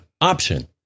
Option